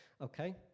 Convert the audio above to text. okay